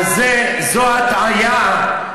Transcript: אבל זו הטעיה.